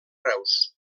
reus